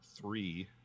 three